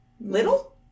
Little